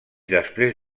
després